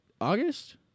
August